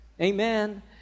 Amen